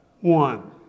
One